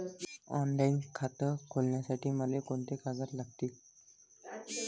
Online खातं खोलासाठी मले कोंते कागद लागतील?